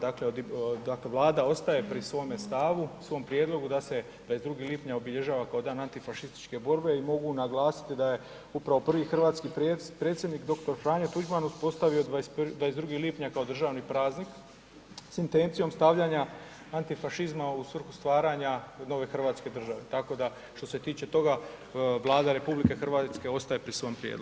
Dakle ostaje pri svome stavu, svom prijedlogu da se 22. lipnja obilježava kao Dan antifašističke borbe i mogu naglasiti da je upravo prvi hrvatski predsjednik dr. Franjo Tuđman uspostavio 22. lipnja kao državni praznik s intencijom stavljanja antifašizma u svrhu stvaranja nove Hrvatske države, tako da što se tiče toga Vlada RH ostaje pri svom prijedlogu.